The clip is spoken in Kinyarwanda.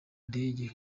ndege